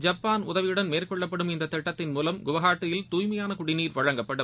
Japan உதவியுடன் மேற்கொள்ளப்படும் இந்தத் திட்டத்தின் மூலம் குவஹாத்தியில் தூய்மையான குடிநீர் வழங்கப்படும்